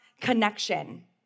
Connection